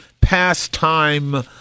pastime